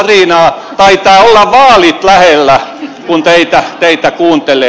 taitaa olla vaalit lähellä kun teitä kuuntelee